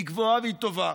היא גבוהה והיא טובה,